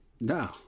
No